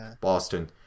Boston